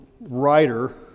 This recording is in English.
writer